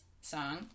song